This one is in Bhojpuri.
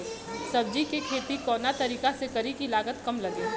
सब्जी के खेती कवना तरीका से करी की लागत काम लगे?